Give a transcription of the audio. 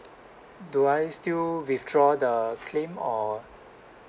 do I still withdraw the claim or